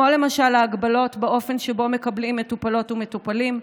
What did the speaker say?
למשל ההגבלות על האופן שבו מקבלים מטופלות ומטופלים,